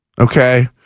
Okay